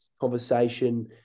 conversation